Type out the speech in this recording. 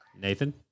Nathan